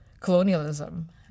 colonialism